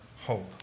hope